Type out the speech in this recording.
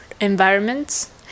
environments